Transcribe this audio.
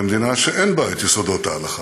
למדינה שאין בה יסודות ההלכה.